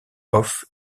off